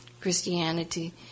Christianity